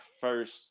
first